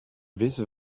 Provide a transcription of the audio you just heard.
vice